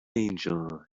angel